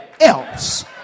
else